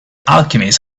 alchemist